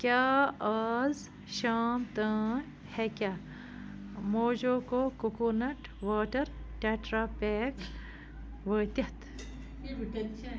کیٛاہ آز شام تام ہٮ۪کیٛاہ موجوکو کوکونَٹ واٹر ٹٮ۪ٹرا پیک وٲتِتھ